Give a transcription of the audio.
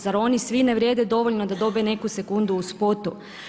Zar oni svi ne vrijede dovoljno da dobe neku sekundu u spotu?